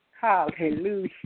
hallelujah